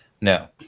No